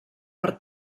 per